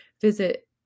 visit